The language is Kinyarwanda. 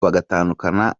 bagatandukana